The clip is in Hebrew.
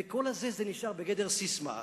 וכל זה נשאר בגדר ססמה.